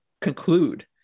conclude